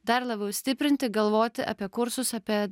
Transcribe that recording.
dar labiau stiprinti galvoti apie kursus apie